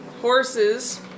Horses